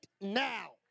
now